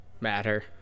matter